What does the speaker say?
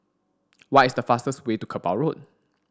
why is the fastest way to Kerbau Road